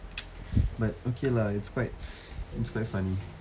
but okay lah it's quite it's quite funny